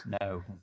No